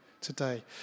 today